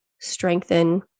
strengthen